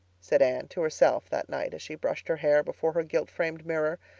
said anne to herself that night, as she brushed her hair before her gilt framed mirror,